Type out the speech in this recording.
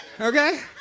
Okay